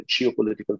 geopolitical